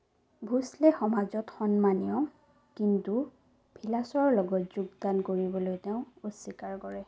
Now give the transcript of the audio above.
ভোঁচলে সমাজত সন্মানীয় কিন্তু ভিলাছৰ লগত যোগদান কৰিবলৈ তেওঁ অস্বীকাৰ কৰে